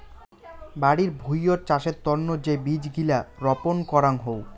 বাড়ি ভুঁইয়ত চাষের তন্ন যে বীজ গিলা রপন করাং হউ